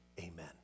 Amen